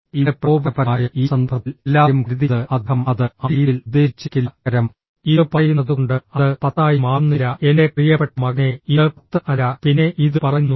ഇവിടെ പ്രകോപനപരമായ ഈ സന്ദർഭത്തിൽ എല്ലാവരും കരുതിയത് അദ്ദേഹം അത് ആ രീതിയിൽ ഉദ്ദേശിച്ചിരിക്കില്ല പകരം ഇത് പറയുന്നതുകൊണ്ട് അത് 10 ആയി മാറുന്നില്ല എൻറെ പ്രിയപ്പെട്ട മകനേ ഇത് 10 അല്ല പിന്നെ ഇത് പറയുന്നു